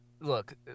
look